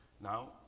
Now